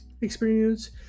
experience